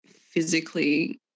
physically